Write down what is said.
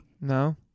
No